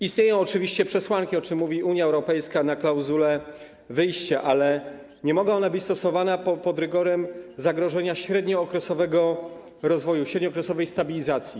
Istnieją oczywiście przesłanki, o czym mówi Unia Europejska, dotyczące klauzuli wyjścia, ale nie mogą one być stosowane pod rygorem zagrożenia średniookresowego rozwoju, średniookresowej stabilizacji.